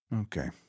Okay